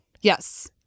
Yes